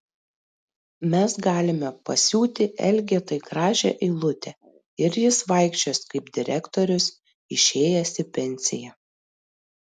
mes galime pasiūti elgetai gražią eilutę ir jis vaikščios kaip direktorius išėjęs į pensiją